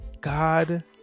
God